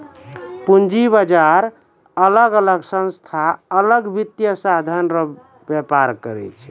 पूंजी बाजार अलग अलग संस्था अलग वित्तीय साधन रो व्यापार करै छै